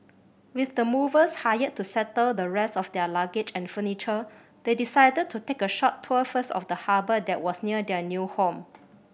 with the movers hired to settle the rest of their luggage and furniture they decided to take a short tour first of the harbour that was near their new home